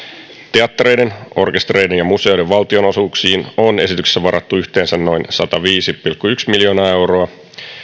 teattereiden orkestereiden ja museoiden valtionosuuksiin on esityksessä varattu yhteensä noin sataviisi pilkku yksi miljoonaa euroa